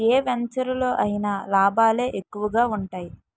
ఏ వెంచెరులో అయినా లాభాలే ఎక్కువగా ఉంటాయి